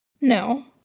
No